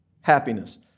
happiness